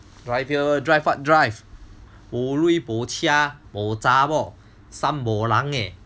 drive here drive what drive wu lui bo qia bo zhabor sum bo lang eh